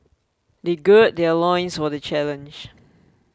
they gird their loins for the challenge